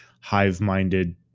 hive-minded